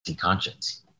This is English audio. conscience